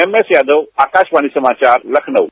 MS Yadav Akashvani समाचार लखनऊ